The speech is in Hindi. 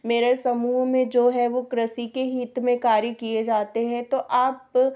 मेरे समूह में जो है वह कृषि के हित में कार्य किए जाते हैं तो आप